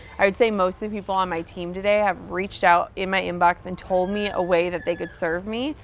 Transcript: i would say most of the people on my team today, have reached out, in my inbox, and told me a way that they could serve me,